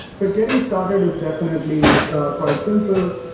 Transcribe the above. but getting started is definitely quite simple.